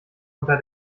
unter